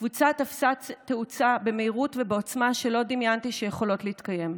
הקבוצה תפסה תאוצה במהירות ובעוצמה שלא דמיינתי שיכולות להתקיים.